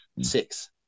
six